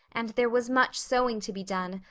and there was much sewing to be done,